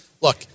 look